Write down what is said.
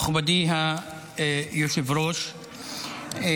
מכובדי היושב-ראש,